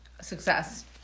Success